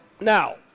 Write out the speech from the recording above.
Now